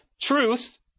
truth